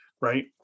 Right